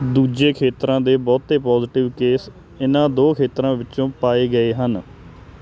ਦੂਜੇ ਖੇਤਰਾਂ ਦੇ ਬਹੁਤੇ ਪੌਜ਼ਟਿਵ ਕੇਸ ਇਹਨਾਂ ਦੋ ਖੇਤਰਾਂ ਵਿੱਚੋਂ ਪਾਏ ਗਏ ਹਨ